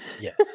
Yes